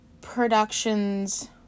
productions